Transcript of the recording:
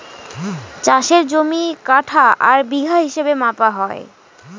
চাষের জমি কাঠা আর বিঘা হিসাবে মাপা হয়